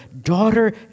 Daughter